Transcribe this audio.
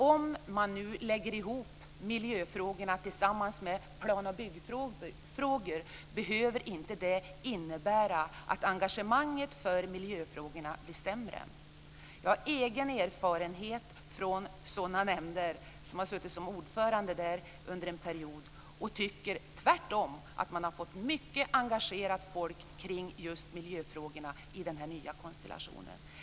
Om man nu lägger ihop miljöfrågorna med plan och byggfrågor behöver inte det innebära att engagemanget för miljöfrågorna blir sämre. Jag har egen erfarenhet från sådana nämnder - bl.a. har jag suttit som ordförande i en sådan under en period - och tycker tvärtom att man får mycket engagerat folk kring just miljöfrågorna i denna nya konstellation.